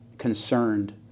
concerned